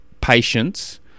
patience